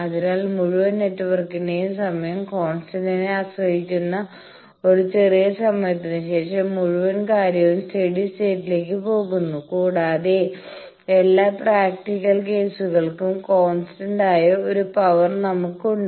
അതിനാൽ മുഴുവൻ നെറ്റ്വർക്കിന്റെയും സമയം കോൺസ്റ്റന്റിനെ ആശ്രയിച്ചിരിക്കുന്ന ഒരു ചെറിയ സമയത്തിനുശേഷം മുഴുവൻ കാര്യവും സ്റ്റെഡി സ്റ്റേറ്റിലേക്ക് പോകുന്നു കൂടാതെ എല്ലാ പ്രാക്ടിക്കൽ കേസുകൾക്കും കോൺസ്റ്റന്റ് ആയ ഒരു പവർ നമുക്കുണ്ട്